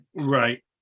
Right